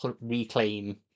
reclaim